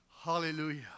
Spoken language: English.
Hallelujah